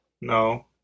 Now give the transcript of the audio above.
No